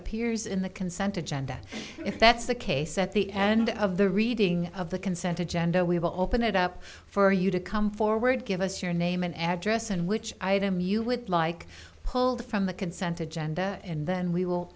appears in the consented and that if that's the case at the end of the reading of the consent agenda we have often it up for you to come forward give us your name and address and which item you would like pulled from the consented genda and then we will